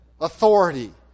authority